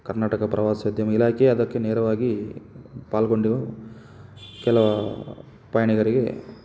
ಕರ್ನಾಟಕ ಪ್ರವಾಸ್ಯೋದ್ಯಮ ಇಲಾಖೆ ಅದಕ್ಕೆ ನೇರವಾಗಿ ಪಾಲ್ಗೊಂಡಿವೆ ಕೆಲ ಪಯಣಿಗರಿಗೆ